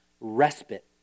respite